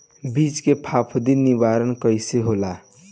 बीज के फफूंदी निवारण कईसे होला?